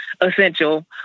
essential